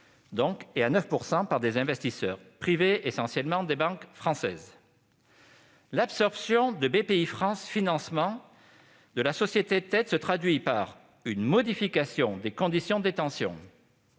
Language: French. et à 9 % par des investisseurs privés, essentiellement des banques françaises. L'absorption par Bpifrance Financement de la société de tête se traduit donc par une modification des conditions de détention